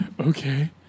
Okay